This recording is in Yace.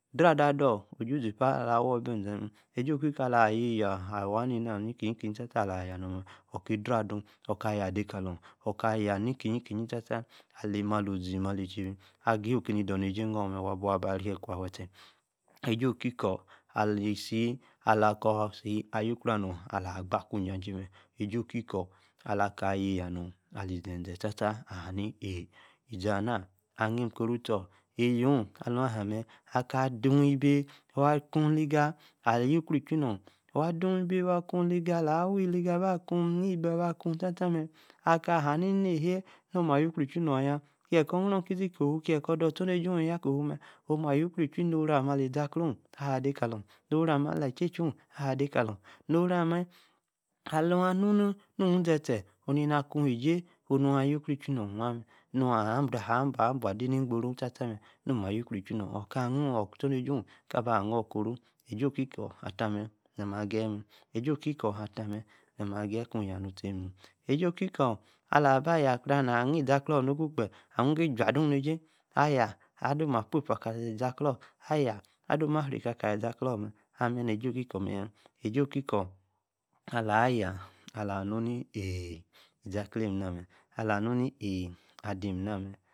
ƃraa-daa ador ojoȝipa alaah awor bi eȝe-mee. aj̀i-okikor alahi-yaa. awaa-nenaa nikiyinkin taata. alaah. ayaa nor mee. orr ki draa adoo. okaa ayaa de kaa-lor-okaa ayaa ni-kiyin-tataah ali-maluzi. malechebi agiye-oki ni doon-eji nor mee. waa buo-ba ree. ekuwaa. awetee. eji-okikor ala-isi alokor-si-ayorkro-nor ala-gbaa akwaa ijajay mee. eji-okikor. alakaa-ayaah-yaa nor. ali-zeze-tataah. ahaa-ni aa. izi-naa. aníkoro-tsor. ayaa-oon. alon-ayaa ishui-nor. adoo-ebi waa-doolíga. ala-wîjîga akuu tataa mee. aka haa-ni-ni-aheea-noo maa ayokro îchui-nor yaa. taar kon. nro-kiti-kohuu. chee kor nro-kíti kohuu chee kor. doo-ostornejiē-yaa kohuu-mee oma-ayokro-ichui nooiame. ali-izi-aclon. ahaah-kalor. oro-amee. ali li-cheichon. ahaa. de kalor. no-orame. alu-anu-ni-nu-izetee. nain-na kuu. eŝí. onu. ayo-kro. îchui-nor. waa-mee. onu-nuahaa. abua-ade-ni-igboro tatee. mee. no-maa. ayokro-ichuí-nor. nor ostorne jie ka-baa. anokrooh. ej̄ay-oki-kor. attah-mee. namî-ageyi mee. esay-oki-kor. attah-mee nami ageyi kuu yaa-nu tee-mee. ejay-oki-okor. alah-ba yaa. kpaa. îziklor. nokuu kpe. waa-wí. igo ijua-ado eji. ayaa. adom-maa. pray-poua. kali. izi-aklor. ayaa. adom-maa. rekaa kali izi-alor mee. ammee. neji-iki-kor mee-yaa. ejí-īki-kor. alaa-aya. na-nu-ní eea izíklem. nínamee. alor-anu ní-eea adem-ninamee.